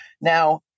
Now